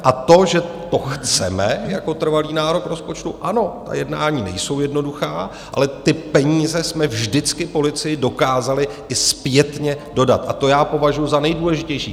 A to, že to chceme jako trvalý nárok rozpočtu, ano, ta jednání nejsou jednoduchá, ale ty peníze jsme vždycky policii dokázali i zpětně dodat a to já považuji za nejdůležitější.